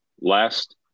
last